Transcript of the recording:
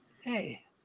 hey